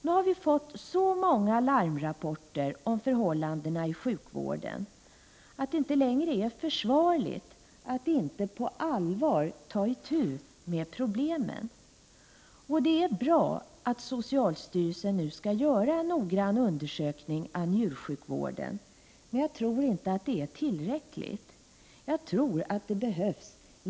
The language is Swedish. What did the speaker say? Nu har vi fått så många larmrapporter om förhållandena i sjukvården att det inte längre är försvarligt att inte på allvar ta itu med problemen. Det är bra att socialstyrelsen nu skall göra en noggrann undersökning av njursjukvården, men det är inte tillräckligt.